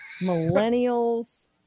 millennials